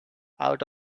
out